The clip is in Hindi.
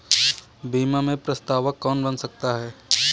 बीमा में प्रस्तावक कौन बन सकता है?